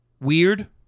weird